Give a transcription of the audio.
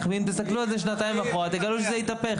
ואם תסתכלו על זה שנתיים אחורה אתם תגלו שזה התהפך.